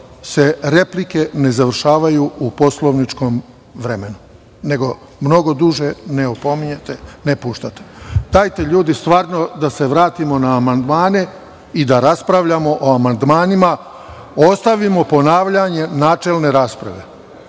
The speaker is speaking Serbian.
se replike ne završavaju u poslovničkom vremenu, nego mnogo duže i ne opominjete, ne puštate. Dajte da se stvarno vratimo na amandmane i da raspravljamo o amandmanima. Ostavimo ponavljanja načelne rasprave,